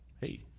hey